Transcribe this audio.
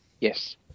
yes